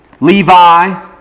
Levi